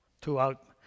throughout